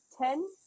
ten